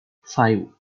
five